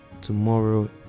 Tomorrow